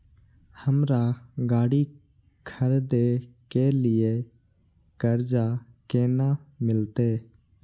हमरा गाड़ी खरदे के लिए कर्जा केना मिलते?